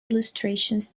illustrations